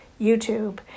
YouTube